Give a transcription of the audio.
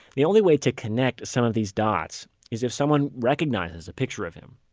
the only way to connect some of these dots is if someone recognizes a picture of him.